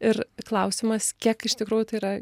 ir klausimas kiek iš tikrųjų tai yra